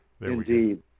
Indeed